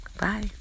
Bye